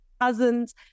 cousin's